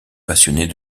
passionnée